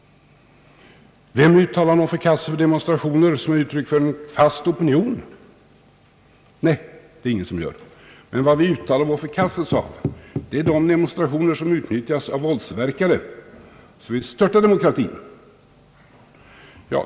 Vem uttalar någon förkastelse över de demonstrationer som är ett uttryck för en fast opinion? Nej, det är det ingen som gör! Men vad vi uttalar vår förkastelse över är de demonstrationer som utnyttjas av våldsverkare, vilka vill störta demokratin.